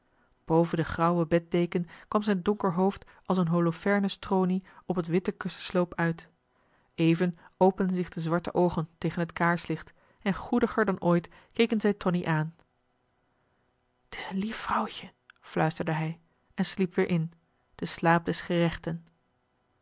boven de grauwe bed deken kwam zijn donker hoofd als een holofernes tronie op het witte kussensloop uit even openden zich de zwarte oogen tegen het kaarslicht en goediger dan ooit keken zij tonie aan t is een lief vrouwtje fluisterde hij en sliep weer in den slaap des gerechten